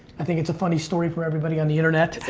i think it's a funny story for everybody on the internet.